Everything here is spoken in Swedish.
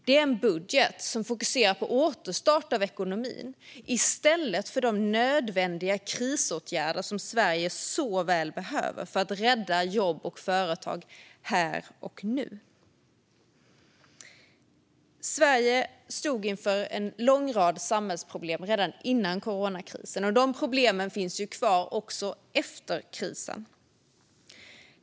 Det är en budget som fokuserar på återstart av ekonomin i stället för de nödvändiga krisåtgärder som Sverige så väl behöver för att rädda jobb och företag här och nu. Sverige stod inför en lång rad samhällsproblem redan före coronakrisen, och de problemen finns ju kvar också efter krisen.